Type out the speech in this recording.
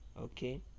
okay